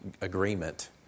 Agreement